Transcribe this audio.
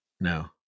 No